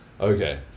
Okay